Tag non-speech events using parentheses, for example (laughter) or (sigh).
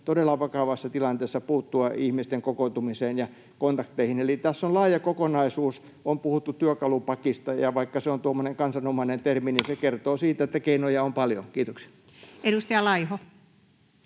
todella vakavassa tilanteessa puuttua ihmisten kokoontumiseen ja kontakteihin. Eli tässä on laaja kokonaisuus. On puhuttu työkalupakista, ja vaikka se on tuommoinen kansanomainen termi, (noise) niin se kertoo siitä, että keinoja on paljon. — Kiitoksia. [Speech